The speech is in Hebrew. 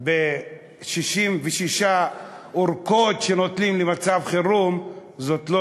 ב-66 ארכות שנותנים למצב חירום, זאת לא